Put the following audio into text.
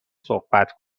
صحبت